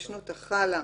להאשים אותו?